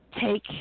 take